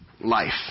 life